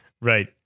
Right